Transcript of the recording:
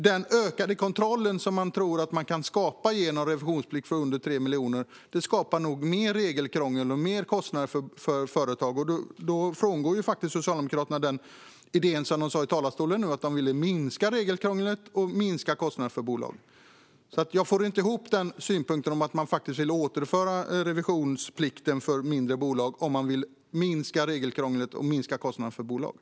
Den ökade kontroll man tror att man kan skapa genom revisionsplikt för bolag med en omsättning under 3 miljoner ger nog upphov till mer regelkrångel och mer kostnader för företagen. Socialdemokraterna frångår då den idé som framfördes i talarstolen, nämligen att de vill minska regelkrånglet och kostnaderna för bolagen. Jag får inte ihop synpunkten att man vill återinföra revisionsplikten för mindre bolag med att man vill minska regelkrånglet och kostnaderna för bolagen.